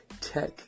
tech